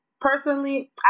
personally